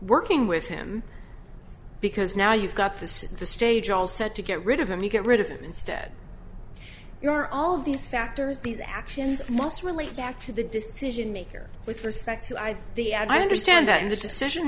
working with him because now you've got to set the stage all set to get rid of him you get rid of him instead you are all of these factors these actions most relate back to the decision maker with respect to i the i understand that the decision